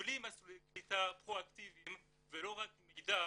שבלי מסלולי קליטה פרואקטיביים ולא רק מידע,